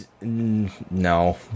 No